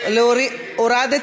טלב אבו עראר,